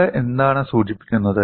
ഇത് എന്താണ് സൂചിപ്പിക്കുന്നത്